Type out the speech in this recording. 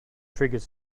triggers